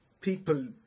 people